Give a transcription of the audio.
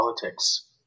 politics